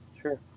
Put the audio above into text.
Sure